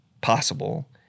possible